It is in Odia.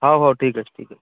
ହଉ ହଉ ଠିକ ଅଛି